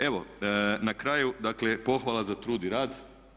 Evo, na kraju dakle pohvala za trud i rad.